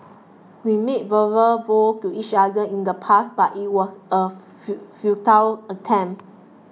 we made verbal vows to each other in the past but it was a few futile attempt